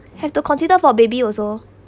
have to consider for baby also